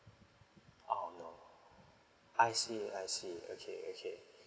orh no I see I see okay okay